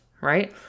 right